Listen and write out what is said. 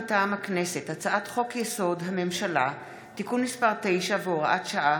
מטעם הכנסת: הצעת חוק-יסוד: הממשלה (תיקון מס' 9 והוראת שעה)